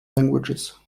languages